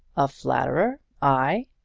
a flatterer! i?